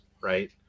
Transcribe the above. right